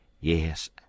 Yes